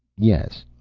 yes.